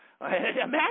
imagine